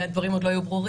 הדברים עוד לא היו ברורים,